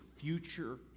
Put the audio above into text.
future